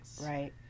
Right